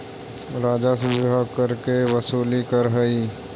राजस्व विभाग कर के वसूली करऽ हई